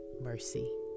mercy